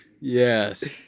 Yes